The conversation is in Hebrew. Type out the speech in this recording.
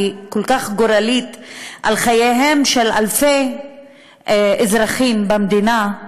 כל כך גורלית על חייהם של אלפי אזרחים במדינה,